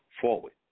forward